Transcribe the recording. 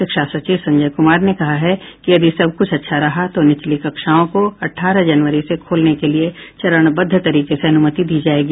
शिक्षा सचिव संजय कुमार ने कहा है कि यदि सब कुछ अच्छा रहा तो निचली कक्षाओं को अठारह जनवरी से खोलने के लिए चरणबद्ध तरीके से अनुमति दी जाएगी